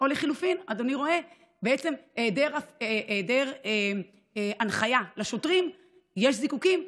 לחלופין אדוני רואה היעדר הנחיה לשוטרים: יש זיקוקים,